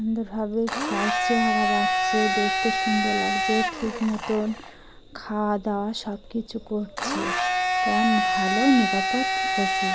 সুন্দরভাবে গায়ের চেহারা বাড়ছে দেখতে সুন্দর লাগছে ঠিক মতন খাওয়া দাওয়া সব কিছু করছে তারা ভালো নিরাপদ পশু